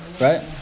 Right